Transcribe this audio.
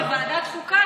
ועדת חוקה?